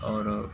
और